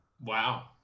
wow